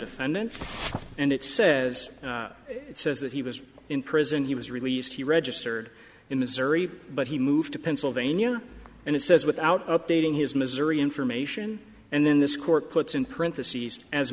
defendant and it says it says that he was in prison he was released he registered in missouri but he moved to pennsylvania and it says without updating his missouri information and then this court puts in parentheses as